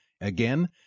Again